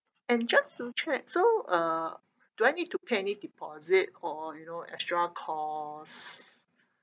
and just to check so uh do I need to pay any deposit or you know extra course